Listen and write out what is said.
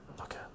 okay